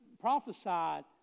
prophesied